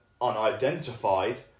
unidentified